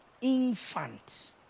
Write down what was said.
Infant